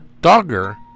Dogger